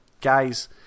guys